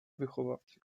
wychowawcy